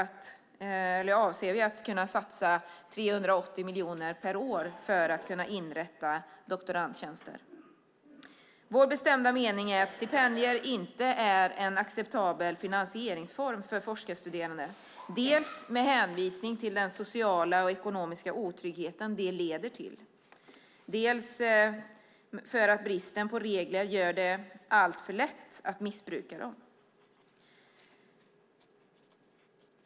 I höst avser vi att kunna satsa 380 miljoner kronor per år för att inrätta doktorandtjänster. Vår bestämda mening är att stipendier inte är en acceptabel finansieringsform för forskarstuderande, dels med hänvisning till den sociala och ekonomiska otrygghet som de leder till, dels för att bristen på regler gör det alltför lätt att missbruka dem.